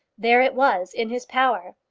there it was in his power.